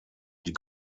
die